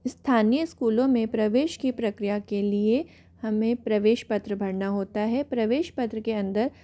स्थानीय स्कूलों में प्रवेश की प्रक्रिया के लिये हमें प्रवेश पत्र भरना होता है प्रवेश पत्र के अंदर